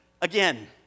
Again